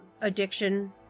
addiction